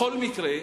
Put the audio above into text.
בכל מקרה,